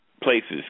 Places